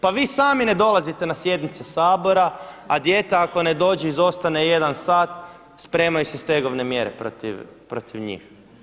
Pa vi sami ne dolazite na sjednice Sabora, a dijete ako ne dođe, izostane jedan sat spremaju se stegovne mjere protiv njih.